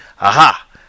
aha